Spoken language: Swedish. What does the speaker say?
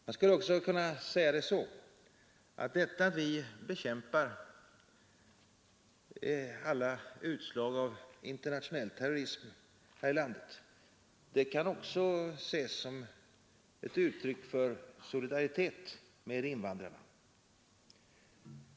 Jag skulle också kunna uttrycka det så att detta att vi bekämpar alla utslag av internationell terrorism här i landet också kan ses som ett uttryck för vår solidaritet med invandrarna.